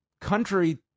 country